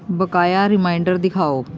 ਬਕਾਇਆ ਰੀਮਾਈਂਡਰ ਦਿਖਾਓ